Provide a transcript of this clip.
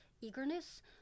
eagerness